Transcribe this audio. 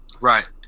Right